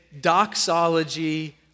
doxology